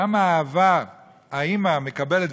כמה אהבה האימא מקבלת,